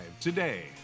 today